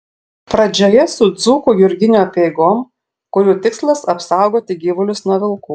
pradžioje su dzūkų jurginių apeigom kurių tikslas apsaugoti gyvulius nuo vilkų